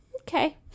Okay